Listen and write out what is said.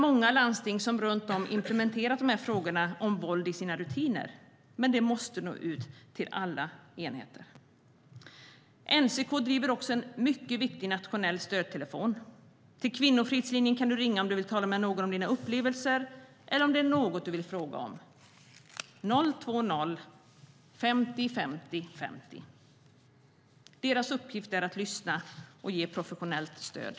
Många landsting runt om har redan implementerat frågor om våld i sina rutiner, men det måste nå ut till alla enheter. NCK driver också en mycket viktig nationell stödtelefon. Till Kvinnofridslinjen kan du ringa om du vill tala med någon om dina upplevelser eller om det är något du vill fråga om. Numret är 020-505050. Deras uppgift är att lyssna och ge professionellt stöd.